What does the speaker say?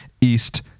East